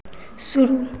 शुरू